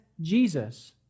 Jesus